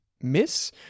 miss